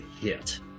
hit